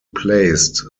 placed